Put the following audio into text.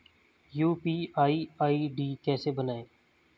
UPI ID कैसे बनाएं?